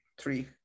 three